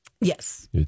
Yes